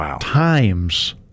times